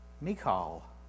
Michal